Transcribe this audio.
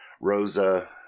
Rosa